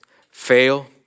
fail